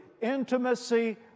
intimacy